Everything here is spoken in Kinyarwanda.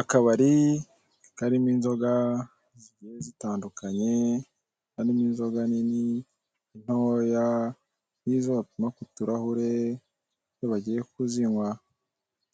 Akabari karimo inzoga zigiye zitandukanye, harimo inzoga nini, intoya, n'izo bapima ku turahure iyo bagiye kuzinywa